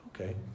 okay